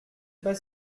pas